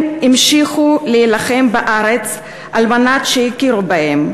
הם המשיכו להילחם בארץ על מנת שיכירו בהם,